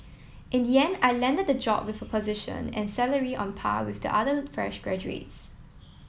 in the end I landed the job and with a position and salary on par with the other fresh graduates